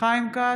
חיים כץ,